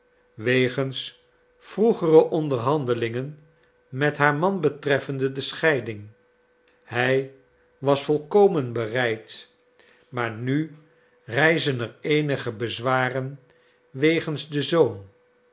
wegens vroegere onderhandelingen met haar man betreffende de scheiding hij was volkomen bereid maar nu rijzen er eenige bezwaren wegens den zoon